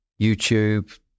YouTube